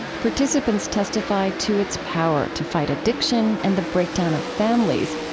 participants testify to its power to fight addiction and the breakdown of families.